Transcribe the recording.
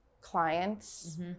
clients